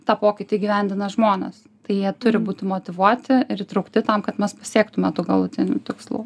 tą pokytį įgyvendina žmonės tai jie turi būti motyvuoti ir įtraukti tam kad mes pasiektume tų galutinių tikslų